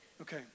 Okay